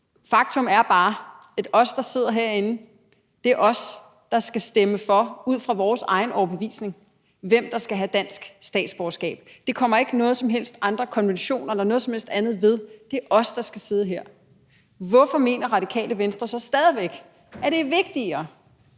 faktum er bare, at det er os, der sidder herinde, der skal stemme om, hvem der ud fra vores egen overbevisning skal have dansk statsborgerskab. Det kommer ikke nogen som helst andre konventioner eller noget som helst andet ved. Det er os, der sidder her. Hvorfor mener Radikale Venstre så stadig væk, at det er vigtigere